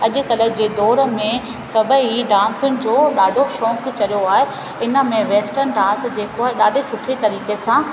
अॼुकल्ह जे दौर में सभई डांसुनि जो ॾाढो शौक़ु चढ़ियो आहे इन में वेस्टन डांस जेको आहे ॾाढे सुठे तरीक़े सां